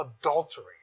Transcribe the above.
adultery